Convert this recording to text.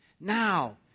Now